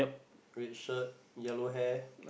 red shirt yellow hair